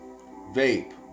Vape